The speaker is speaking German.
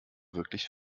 wirklich